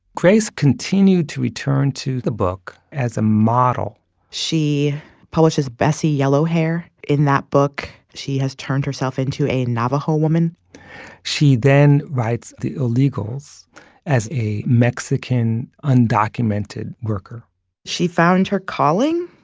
grace continued to return to the book as a model she publishes bessie yellowhair. in that book, she has turned herself into a navajo woman she then writes the illegals as a mexican, undocumented worker she found her calling,